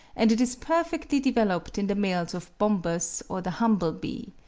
and it is perfectly developed in the males of bombus or the humble-bee.